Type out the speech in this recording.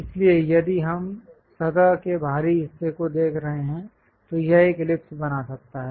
इसलिए यदि हम सतह के बाहरी हिस्से को देख रहे हैं तो यह एक इलिप्स बना सकता है